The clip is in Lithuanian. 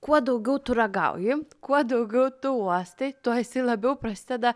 kuo daugiau tu ragauji kuo daugiau tu uostai tuo esi labiau prasideda